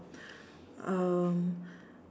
um